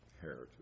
heritage